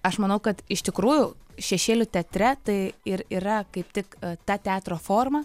aš manau kad iš tikrųjų šešėlių teatre tai ir yra kaip tik ta teatro forma